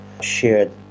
shared